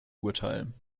urteil